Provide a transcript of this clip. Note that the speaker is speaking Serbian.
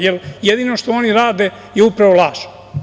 Jer, jedino što oni rade je upravo laž.